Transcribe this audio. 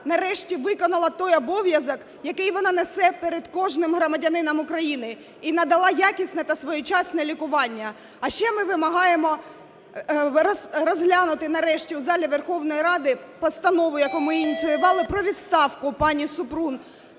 нарешті виконала той обов'язок, який вона несе перед кожним громадянином України і надала якісне та своєчасне лікування. А ще ми вимагаємо розглянути нарешті в залі Верховної Ради постанову, яку ми ініціювали, про відставку пані Супрун,